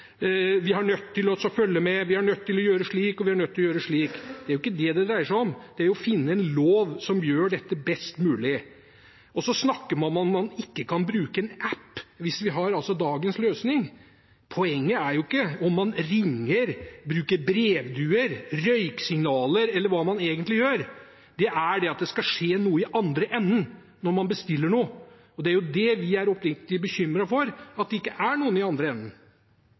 vi er nødt til å følge med, vi er nødt til å gjøre slik og slik. – Det er jo ikke det det dreier seg om. Det dreier seg om å finne en lov som gjør dette best mulig. Man snakker om at man ikke kan bruke en app hvis vi har dagens løsning. Poenget er ikke hvorvidt man ringer, bruker brevduer, røyksignaler eller hva man egentlig gjør – poenget er at det skal skje noe i den andre enden når man bestiller noe. Og det er det vi er oppriktig bekymret for: at det ikke er noen i den andre